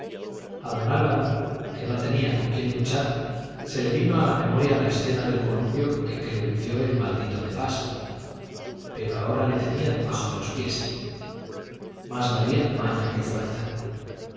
a don álvaro que no tenía con quién luchar se le vino a la memoria la escena del columpio en que le venció el maldito de pas pero ahora le tenía debajo de los pies más valía maña que fuerza